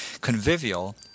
Convivial